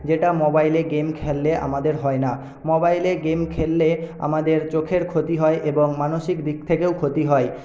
যেটা মোবাইলে গেম খেললে আমাদের হয় না মোবাইলে গেম খেললে আমাদের চোখের ক্ষতি হয় এবং মানসিক দিক থেকেও ক্ষতি হয়